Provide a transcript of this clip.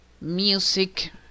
music